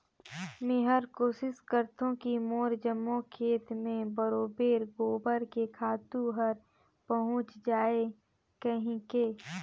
मेहर कोसिस करथों की मोर जम्मो खेत मे बरोबेर गोबर के खातू हर पहुँच जाय कहिके